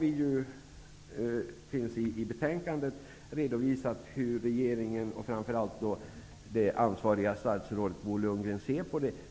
I betänkandet redovisas hur regeringen och framför allt det ansvariga statsrådet Bo Lundgren ser på den frågan.